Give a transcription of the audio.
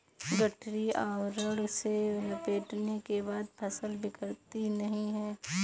गठरी आवरण से लपेटने के बाद फसल बिखरती नहीं है